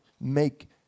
make